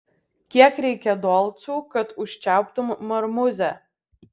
kiek reikia dolcų kad užčiauptum marmuzę